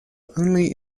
only